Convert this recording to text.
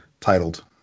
titled